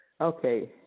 Okay